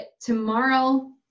tomorrow